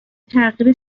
تغییر